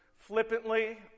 flippantly